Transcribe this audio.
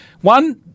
One